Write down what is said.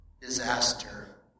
disaster